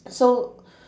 so